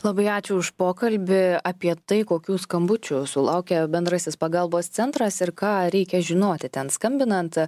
labai ačiū už pokalbį apie tai kokių skambučių sulaukia bendrasis pagalbos centras ir ką reikia žinoti ten skambinant